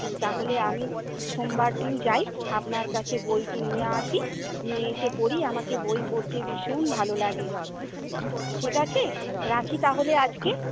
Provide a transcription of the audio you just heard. হুম তাহলে আমি সোমবার দিন যাই আপনার কাছে বইটি নিয়ে আসি নিয়ে এসে পড়ি আমাকে বই পড়তে ভীষণ ভালো লাগে ঠিক আছে রাখি তাহলে আজকে